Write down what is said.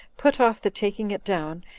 put off the taking it down,